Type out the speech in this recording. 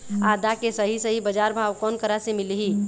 आदा के सही सही बजार भाव कोन करा से मिलही?